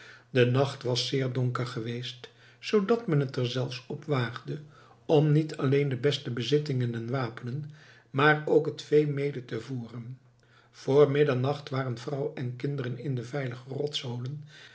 de nacht was zeer donker geweest zoodat men het er zelfs op waagde om niet alleen de beste bezittingen en wapenen maar ook het vee mede te voeren vr middernacht waren vrouw en kinderen in de veilige